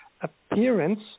appearance